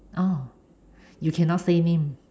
oh you cannot say name